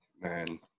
Man